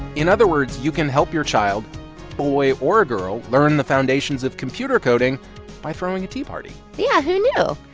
in other words, you can help your child boy or girl learn the foundations of computer coding by throwing a tea party yeah, who knew?